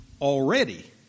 already